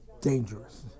dangerous